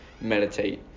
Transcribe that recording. meditate